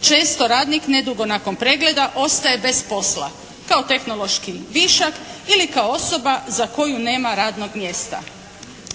često radnik nedugo nakon pregleda ostaje bez posla kao tehnološki višak ili kao osoba za koju nema radnog mjesta